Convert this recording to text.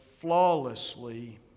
flawlessly